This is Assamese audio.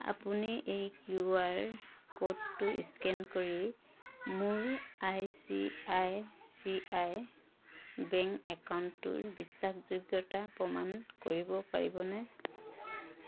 আপুনি এই কিউ আৰ ক'ডটো স্কেন কৰি মোৰ I C I C I bank একাউণ্টটোৰ বিশ্বাসযোগ্যতা প্ৰমাণ কৰিব পাৰিবনে